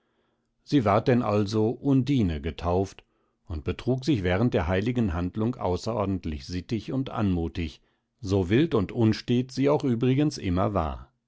sie ward denn also undine getauft und betrug sich während der heiligen handlung außerordentlich sittig und anmutig so wild und unstet sie auch übrigens immer war